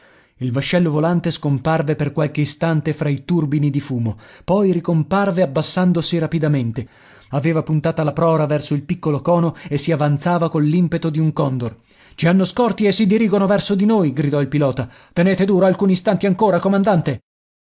il vascello volante scomparve per qualche istante fra i turbini di fumo poi ricomparve abbassandosi rapidamente aveva puntata la prora verso il piccolo cono e si avanzava coll'impeto di un condor ci hanno scorti e si dirigono verso di noi gridò il pilota tenete duro alcuni istanti ancora comandante